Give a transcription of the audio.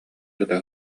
ыта